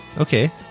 Okay